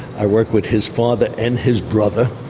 i worked with his father and his brother.